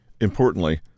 Importantly